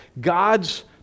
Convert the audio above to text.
God's